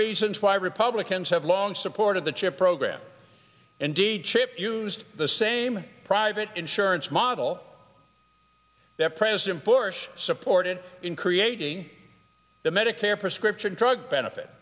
reasons why republicans have long supported the chip program indeed chip used the same private insurance model that president bush supported in creating the medicare prescription drug benefit